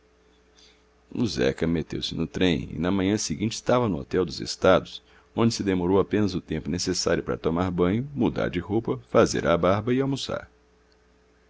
zeca meteu-se no trem e na manhã seguinte estava no hotel dos estados onde se demorou apenas o tempo necessário para tomar banho mudar de roupa fazer a barba e almoçar